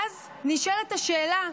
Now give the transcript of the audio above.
ואז נשאלת השאלה: